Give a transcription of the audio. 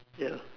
yeah